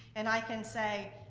and i can say,